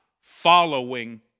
following